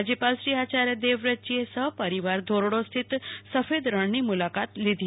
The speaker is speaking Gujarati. રાજયપાલશ્રી આચાર્ય દેવવ્રતજીએ સફપરિવાર ધોરડો સ્થિત સફેદ રણની મુલાકાત લીધી હતી